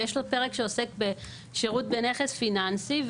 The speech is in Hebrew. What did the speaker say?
ויש לו פרק שעוסק בשירות בנכס פיננסי,